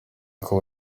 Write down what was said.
kuba